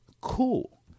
cool